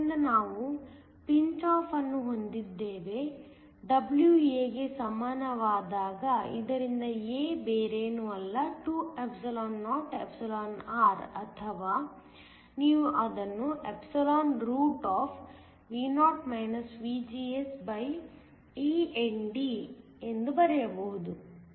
ಆದ್ದರಿಂದ ನಾವು pinch off ಅನ್ನು ಹೊಂದಿದ್ದೇವೆ W a ಗೆ ಸಮಾನವಾದಾಗ ಇದರಿಂದ a ಬೇರೇನೂ ಅಲ್ಲ 2or ಅಥವಾ ನೀವು ಅದನ್ನು Vo VGSeND ಎಂದು ಬರೆಯಬಹುದು